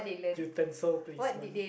utensil placement